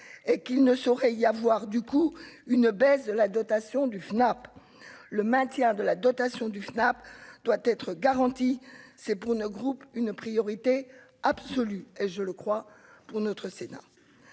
et qu'il ne saurait y avoir du coup une baisse de la dotation du FNAP le maintien de la dotation du FNAP doit être garantie, c'est pour notre groupe, une priorité absolue et je le crois, pour notre Sénat